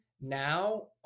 now